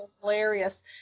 Hilarious